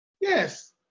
yes